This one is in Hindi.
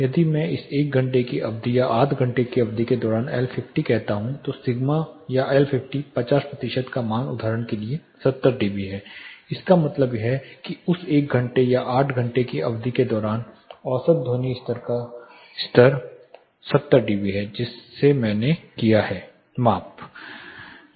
यदि मैं इस 1 घंटे की अवधि या 8 घंटे की अवधि के दौरान L50 कहता हूं तो सिग्मा या L50 50 प्रतिशत का मान उदाहरण के लिए 70 dB है इसका मतलब है कि उस 1 घंटे या 8 घंटे की अवधि के दौरान औसत ध्वनि दबाव का स्तर 70 dB है जिसमें मैंने किया है माप लिया